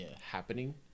happening